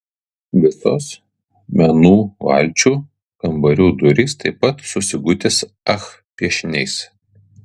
visos menų valčių kambarių durys taip pat su sigutės ach piešiniais